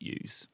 use